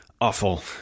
awful